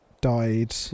died